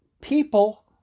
people